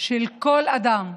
של כל אדם,